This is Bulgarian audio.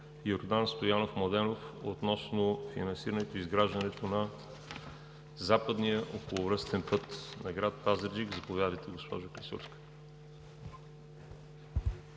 Йордан Стоянов Младенов относно финансирането и изграждането на Западен околовръстен път на град Пазарджик. Заповядайте, госпожо Клисурска.